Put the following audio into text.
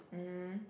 mmhmm